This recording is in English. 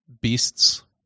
beasts